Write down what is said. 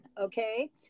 okay